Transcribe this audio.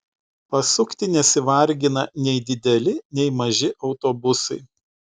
pasukti nesivargina nei dideli nei maži autobusai